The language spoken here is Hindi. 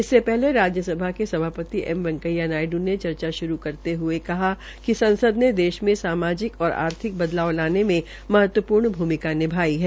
इससे पहले राज्यसभा के सभापति एम वैकेंया नायडू ने चर्चा श्रू करते ह्ये कहा कि संसद ने देश में सामाजिक और आर्थिक बदलाव लाने मे महत्वपूर्ण भूमिका निभाई है